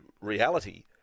reality